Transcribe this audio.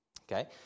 Okay